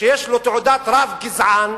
שיש לו תעודת רב-גזען.